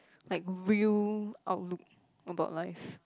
like real outlook about life